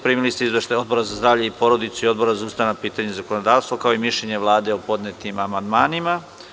Primili ste izveštaje Odbora za zdravlje i porodicu i Odbora za ustavna pitanja i zakonodavstvo, kao i Mišljenje Vlade o podnetim amandmanima.